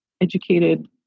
educated